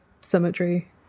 Cemetery